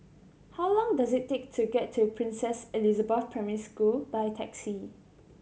how long does it take to get to Princess Elizabeth Primary School by taxi